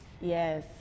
Yes